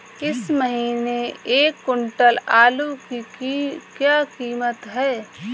इस महीने एक क्विंटल आलू की क्या कीमत है?